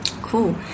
Cool